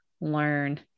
learn